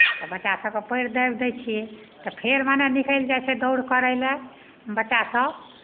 तऽ बच्चा सभके पएर दाबि दै छियै तऽ फेर मने निकलि जाइ छै दौड़ करय लए बच्चासभ